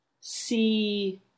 see